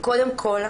קודם כול,